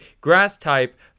Grass-type